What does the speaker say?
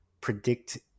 predict